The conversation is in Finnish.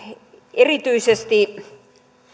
erityisesti